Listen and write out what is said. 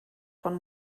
von